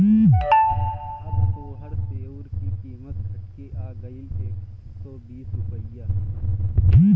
अब तोहार सेअर की कीमत घट के आ गएल एक सौ बीस रुपइया